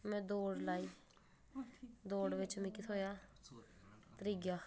में दौड़ लाई दौड़ बिच मिकी थ्होया त्रीया